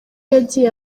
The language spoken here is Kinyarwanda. yagiye